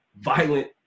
violent